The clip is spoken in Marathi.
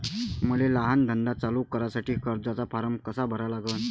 मले लहान धंदा चालू करासाठी कर्जाचा फारम कसा भरा लागन?